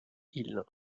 ile